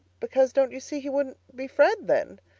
because, don't you see, he wouldn't be fred then.